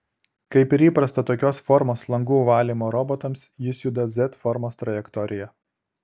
kaip ir įprasta tokios formos langų valymo robotams jis juda z formos trajektorija